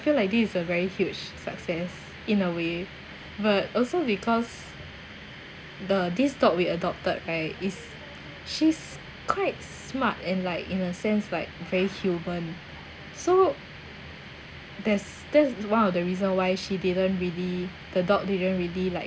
feel like this is a very huge success in a way but also because the this dog we adopted right is she's quite smart in like in a sense like very human so there's that's one of the reason why she didn't really the dog didn't really like